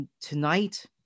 tonight